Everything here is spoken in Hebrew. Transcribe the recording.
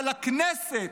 אבל לכנסת,